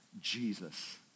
Jesus